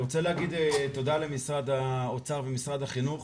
אני רוצה להגיד תודה למשרד האוצר ולמשרד החינוך